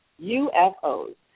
UFOs